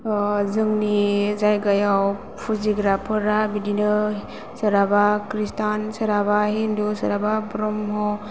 जोंनि जायगायाव फुजिग्राफोरा बिदिनो सोरहाबा खृस्टान सोरहाबा हिन्दु सोरहाबा ब्रह्म